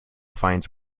finds